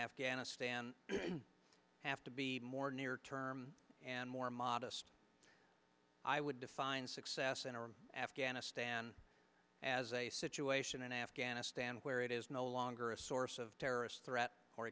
afghanistan have to be more near term and more modest i would define success in afghanistan as a situation in afghanistan where it is no longer a source of terrorist threat or